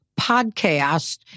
podcast